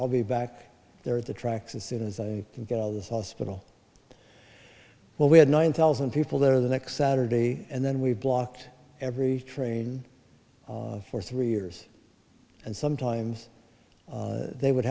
i'll be back there at the tracks as soon as i can get all this hospital well we had nine thousand people there the next saturday and then we blocked every train for three years and sometimes they would